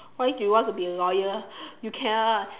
why do you want to be lawyer you cannot